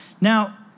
Now